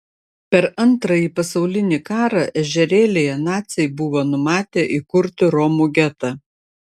per antrąjį pasaulinį karą ežerėlyje naciai buvo numatę įkurti romų getą